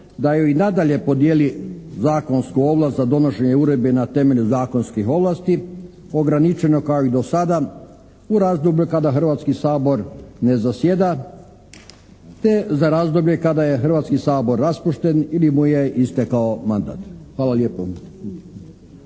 da joj i nadalje podijeli zakonsku ovlast za donošenje uredbi na temelju zakonskih ovlasti ograničeno kao i do sada u razdoblju kada Hrvatski sabor ne zasjeda, te za razdoblje kada je Hrvatski sabor raspušten ili mu je istekao mandat. Hvala lijepo.